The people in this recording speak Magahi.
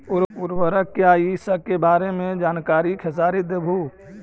उर्वरक क्या इ सके बारे मे जानकारी खेसारी देबहू?